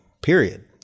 Period